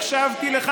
הקשבתי לך.